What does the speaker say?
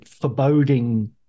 foreboding